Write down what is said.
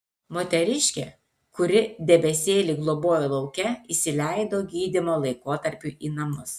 moteriškė kuri debesėlį globojo lauke įsileido gydymo laikotarpiui į namus